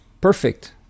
perfect